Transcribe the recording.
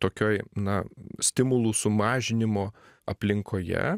tokioj na stimulų sumažinimo aplinkoje